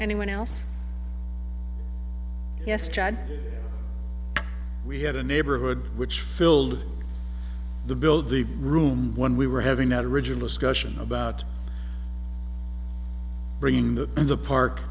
anyone else we had a neighborhood which filled the build the room when we were having that original discussion about being the in the park